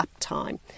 uptime